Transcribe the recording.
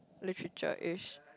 literature-ish